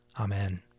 Amen